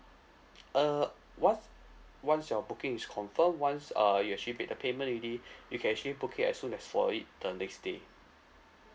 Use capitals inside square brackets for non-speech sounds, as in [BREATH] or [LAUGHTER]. uh once once your booking is confirm once uh you actually make the payment already [BREATH] you can actually book it as soon as for it the next day